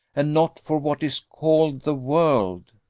and not for what is called the world.